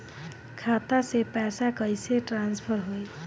खाता से पैसा कईसे ट्रासर्फर होई?